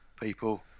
people